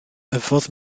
yfodd